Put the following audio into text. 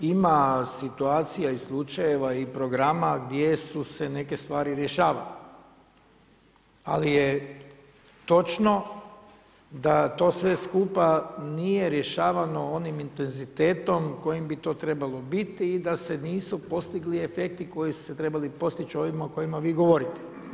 Ima situacija i slučajeva i programa gdje su se neke stvari rješavale, ali je točno da to sve skupa nije rješavano onim intenzitetom kojim bi to trebalo biti i da se nisu postigli efekti koji su se trebali postići ovima o kojima vi govorite.